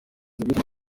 guhitana